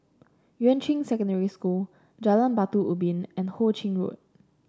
Yuan Ching Secondary School Jalan Batu Ubin and Ho Ching Road